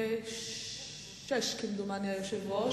גברתי היושבת-ראש,